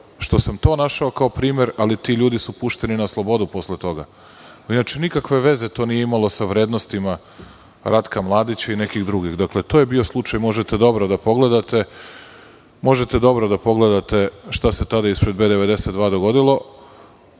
što sam to našao kao primer, ali tu ljudi su posle pušteni na slobodu. Nikakve veze to nije imalo sa vrednostima Ratka Mladića i nekih drugih. To je bio slučaj, možete dobro da pogledate šta se tada ispred „B92“ dogodilo,